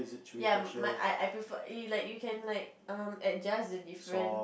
ya my I prefer err like you can like um adjust the different